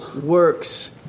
works